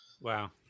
Wow